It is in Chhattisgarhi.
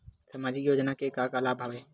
सामाजिक योजना के का का लाभ हवय?